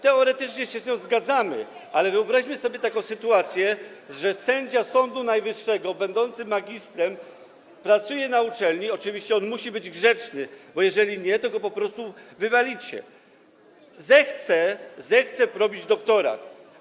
Teoretycznie się z nią zgadzamy, ale wyobraźmy sobie taką sytuację, że sędzia Sądu Najwyższego będący magistrem, który pracuje na uczelni - oczywiście on musi być grzeczny, bo jeżeli nie, to go po prostu wywalicie - zechce robić doktorat.